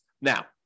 Now